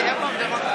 שב פה.